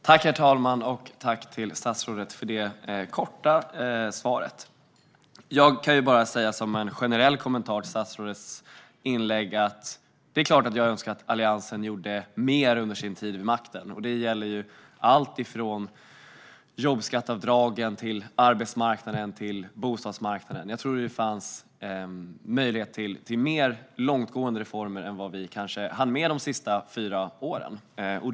Herr talman! Jag tackar statsrådet för det korta svaret. Jag kan bara säga, som en generell kommentar till statsrådets inlägg, att det är klart att jag önskar att Alliansen hade gjort mer under sin tid vid makten. Det gäller allt från jobbskatteavdragen till arbetsmarknaden och bostadsmarknaden. Jag tror att det fanns möjlighet till mer långtgående reformer än vad vi kanske hann med under de sista fyra åren.